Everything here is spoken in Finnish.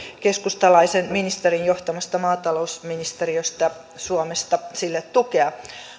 keskustalaisen ministerin johtamasta maatalousministeriöstä suomesta sille tukea